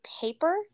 paper